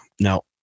no